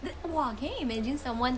the !wah! can you imagine someone